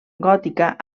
gòtica